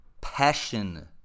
passion